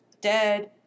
dead